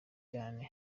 cyane